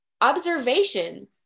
observation